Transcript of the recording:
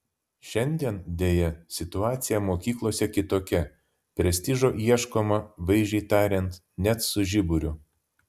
šiandien deja situacija mokyklose kitokia prestižo ieškoma vaizdžiai tariant net su žiburiu